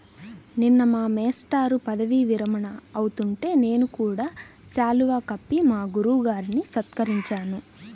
నిన్న మా మేష్టారు పదవీ విరమణ అవుతుంటే నేను కూడా శాలువా కప్పి మా గురువు గారిని సత్కరించాను